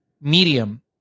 medium